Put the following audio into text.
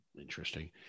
Interesting